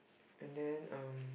and then um